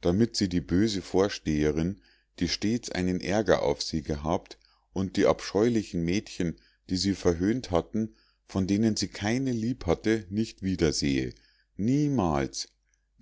damit sie die böse vorsteherin die stets einen aerger auf sie gehabt und die abscheulichen mädchen die sie verhöhnt hatten von denen keine sie lieb hatte nicht wieder sehe niemals